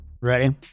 Ready